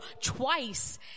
twice